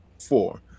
four